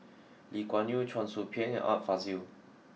Lee Kuan Yew Cheong Soo Pieng and Art Fazil